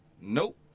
Nope